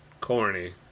corny